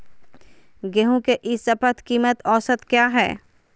गेंहू के ई शपथ कीमत औसत क्या है?